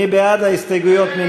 מי בעד ההסתייגויות?